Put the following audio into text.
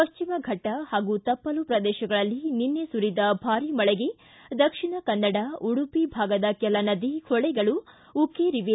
ಪಶ್ಚಿಮಘಟ್ಟ ಹಾಗೂ ತಪ್ಪಲು ಪ್ರದೇಶಗಳಲ್ಲಿ ನಿನ್ನೆ ಸುರಿದ ಭಾರಿ ಮಳೆಗೆ ದಕ್ಷಿಣಕನ್ನಡ ಉಡುಪಿ ಭಾಗದ ಕೆಲ ನದಿ ಹೊಳೆಗಳು ಉಕ್ಕೇರಿವೆ